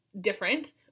different